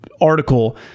article